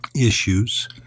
issues